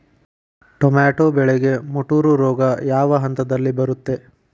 Tomato ಬೆಳೆಗೆ ಮುಟೂರು ರೋಗ ಯಾವ ಹಂತದಲ್ಲಿ ಬರುತ್ತೆ?